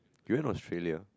you went Australia